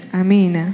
amen